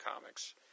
comics